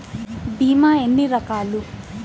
భీమ ఎన్ని రకాలు?